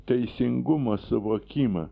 teisingumo suvokimą